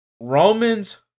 Romans